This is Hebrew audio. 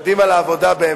קדימה לעבודה באמת.